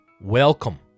welcome